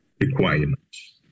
requirements